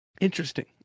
Interesting